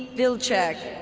vilcek,